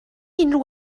unrhyw